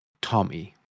Tommy